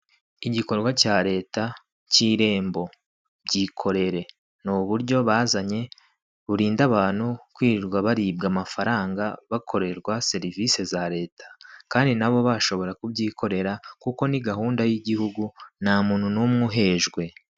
Igikorwa cya leta cy'irembo byikorere, ni uburyo bazanye burinda abantu kwirirwa baribwa amafaranga bakorerwa serivisi za leta kandi nabo bashobora kubyikorera kuko ni gahunda y'igihugu, nta muntu n'umwe uhejwe.